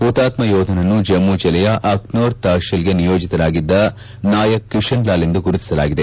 ಹುತಾತ್ತ ಯೋಧನನ್ನು ಜಮ್ತು ಜಿಲ್ಲೆಯ ಆಕ್ನೂರ್ ತಹಶೀಲ್ಗೆ ನಿಯೋಜಿತರಾಗಿದ್ದ ನಾಯಕ್ ಕಿಷನ್ ಲಾಲ್ ಎಂದು ಗುರುತಿಸಲಾಗಿದೆ